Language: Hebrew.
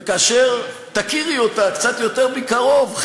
וכאשר תכירי אותה קצת יותר מקרוב,